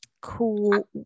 cool